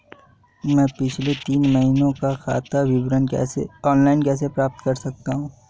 मैं पिछले तीन महीनों का खाता विवरण ऑनलाइन कैसे प्राप्त कर सकता हूं?